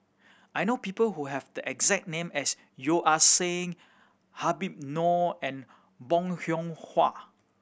I know people who have the exact name as Yeo Ah Seng Habib Noh and Bong Hiong Hwa